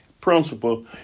principle